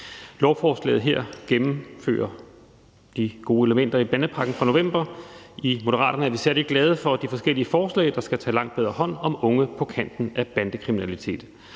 Lovforslaget her gennemfører de gode elementer i bandepakken fra november. I Moderaterne er vi særlig glade for de forskellige forslag, der skal tage langt bedre hånd om unge på kanten af bandekriminalitet.